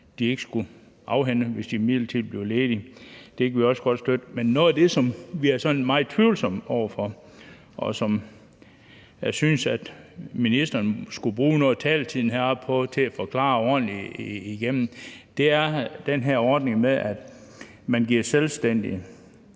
de ikke skulle afhænde deres virksomhed, hvis de midlertidig blev ledige. Det kan vi også godt støtte. Men noget af det, som vi er meget tvivlsomme over for, og som jeg synes ministeren skulle bruge noget af taletiden heroppe på at forklare ordentligt, er den her ordning med, at man giver selvstændige